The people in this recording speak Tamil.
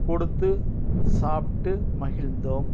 கொடுத்து சாப்பிட்டு மகிழ்ந்தோம்